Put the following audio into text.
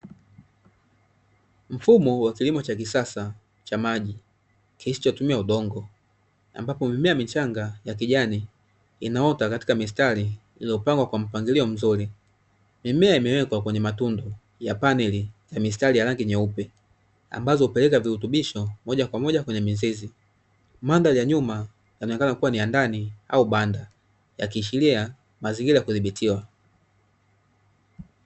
Mfumo wa kilimo cha kisasa cha maji kisichotumia udongo, ambapo mimea michanga ya kijani inaota katika mistari iliyopangwa kwa mpangilio mzuri. Mimea imewekwa kwenye matundu ya paneli ya mistari ya rangi nyeupe, ambazo hupeleka virutubisho moja kwa moja kwenye mizizi. Mandhari ya nyuma inaonekana kuwa ni ya ndani au banda yakiashiria mazingira ya kudhibitiwa